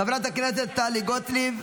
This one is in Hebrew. חברת הכנסת טלי גוטליב,